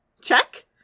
Check